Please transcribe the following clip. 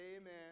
amen